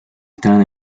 estaban